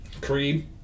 Creed